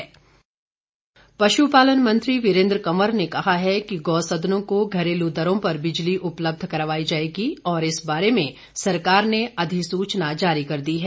वीरेन्द्र कंवर पुशपालन मंत्री वीरेन्द्र कंवर ने कहा है कि गौ सदनों को घरेलू दरों पर बिजली उपलब्ध करवाई जाएगी और इस बारे में सरकार ने अधिसूचना जारी कर दी है